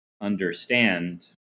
understand